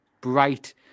bright